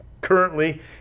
Currently